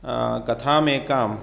कथामेकां